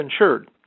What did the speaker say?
insured